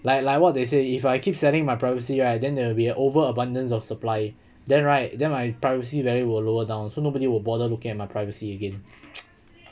like like what they say if I keep sending my privacy right then they will be over abundance of supply then right then my privacy value will lower down so nobody will bother looking at my privacy again